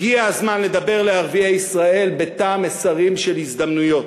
הגיע הזמן לדבר לערביי ישראל בתא המסרים של הזדמנויות.